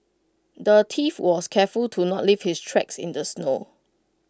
the thief was careful to not leave his tracks in the snow